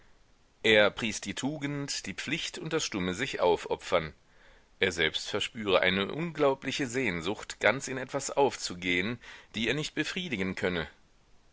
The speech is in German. er pries die tugend die pflicht und das stumme sichaufopfern er selbst verspüre eine unglaubliche sehnsucht ganz in etwas aufzugehen die er nicht befriedigen könne